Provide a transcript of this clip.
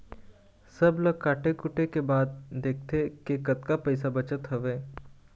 सब ल काटे कुटे के बाद देखथे के कतका पइसा बचत हवय